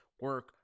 Work